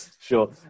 Sure